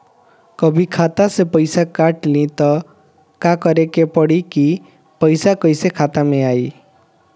कभी खाता से पैसा काट लि त का करे के पड़ी कि पैसा कईसे खाता मे आई?